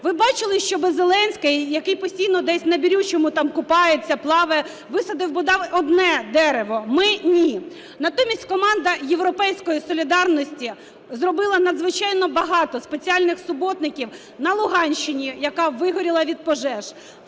Ви бачили, щоби Зеленський, який постійно десь на Бірючому там купається, плаває, висадив бодай одне дерево? Ми – ні. Натомість команда "Європейської солідарності" зробила надзвичайно багато спеціальних суботників на Луганщині, яка вигоріла від пожеж,